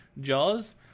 Jaws